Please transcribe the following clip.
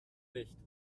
nicht